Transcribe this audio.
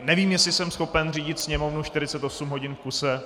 Nevím, jestli jsem schopen řídit Sněmovnu 48 hodin v kuse.